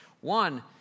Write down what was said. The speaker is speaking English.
One